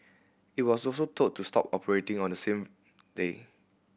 it was also told to stop operating on the same day